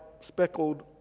speckled